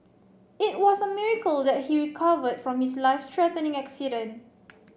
it was a miracle that he recovered from his life threatening accident